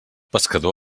pescador